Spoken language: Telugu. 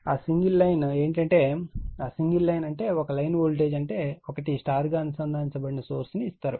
ఆ సింగిల్ లైన్ అంటే ఒక లైన్ వోల్టేజ్ అంటే ఒకటి Y గా అనుసంధానించబడిన సోర్స్ ని ఇస్తారు